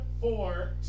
four